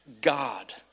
God